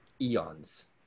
eons